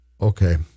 Okay